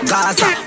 Gaza